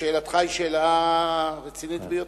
שאלתך היא שאלה רצינית ביותר.